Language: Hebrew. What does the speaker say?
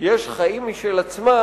יש חיים משל עצמה,